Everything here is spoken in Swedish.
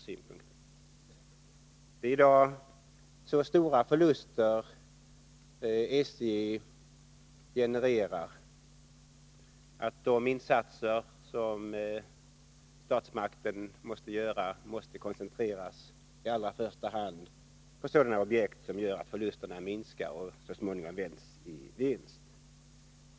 SJ genererar i dag så stora förluster, att statsmakternas insatser måste koncentreras i första hand till sådana objekt som gör att förlusten minskar och så småningom vänds i vinst.